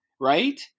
right